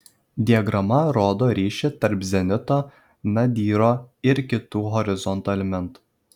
diagrama rodo ryšį tarp zenito nadyro ir kitų horizonto elementų